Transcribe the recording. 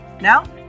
Now